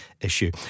issue